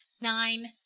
Nine